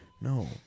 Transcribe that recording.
No